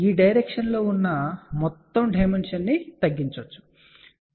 ఈ డైరెక్షన్ లో ఉన్న మొత్తం డైమన్షన్ ని తగ్గించవచ్చు సరే